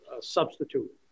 substitute